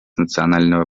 национального